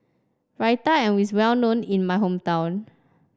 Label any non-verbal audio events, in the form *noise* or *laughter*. Raita *unintelligible* is well known in my hometown